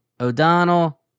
O'Donnell